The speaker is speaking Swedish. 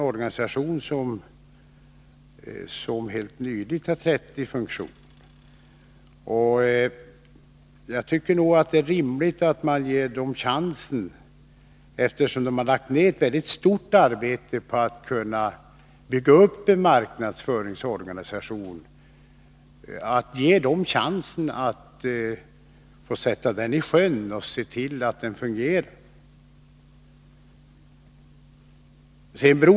Organisationen för marknadsföring har helt nyligen trätt i funktion. Eftersom SJ har lagt ned stort arbete på att bygga upp en marknadsföringsorganisation tycker jag nog att det är rimligt att SJ får tid på sig att få den att fungera.